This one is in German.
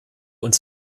uns